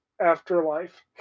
afterlife